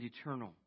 eternal